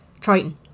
Triton